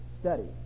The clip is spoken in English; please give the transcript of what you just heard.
study